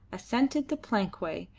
ascended the plankway,